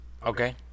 Okay